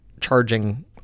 charging